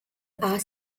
are